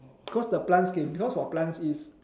because the plants k because for plants is